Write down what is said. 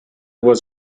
was